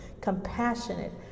compassionate